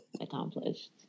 Accomplished